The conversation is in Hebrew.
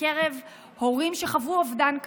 בקרב הורים שחוו אובדן כזה,